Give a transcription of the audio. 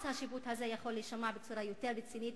אז השיפוט הזה יכול להישמע בצורה יותר רצינית,